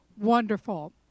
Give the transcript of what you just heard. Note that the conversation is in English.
wonderful